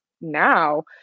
now